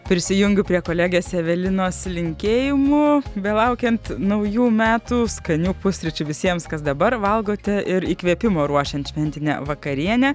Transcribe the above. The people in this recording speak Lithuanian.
prisijungiu prie kolegės evelinos linkėjimų belaukiant naujų metų skanių pusryčių visiems kas dabar valgote ir įkvėpimo ruošiant šventinę vakarienę